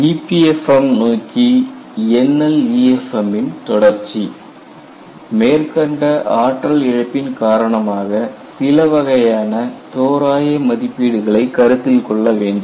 Extension of NLEFM to EPFM EPFM நோக்கி NLEFM ன் தொடர்ச்சி மேற்கண்ட ஆற்றல் இழப்பின் காரணமாக சிலவகையான தோராய மதிப்பீடுகளை கருத்தில் கொள்ள வேண்டும்